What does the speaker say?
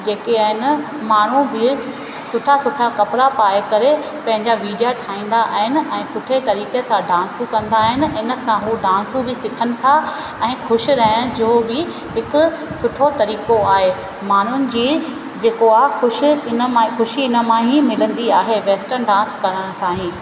जेके आहिनि माण्हू बि में सुठा सुठा कपिड़ा पाए करे पंहिंजा वीडिया ठाहींदा आहिनि ऐं सुठे तरीक़े सां डांसूं कंदा आहिनि इन सां उहे डांसूं बि सिखनि था ऐं ख़ुशि रहण जो बि हिकु सुठो तरीक़ो आहे माण्हुनि जी जेको आह्र ख़ुश इन मां ख़ुशी इन मां ई मिलंदी आहे वेस्टन डांस करण सां ई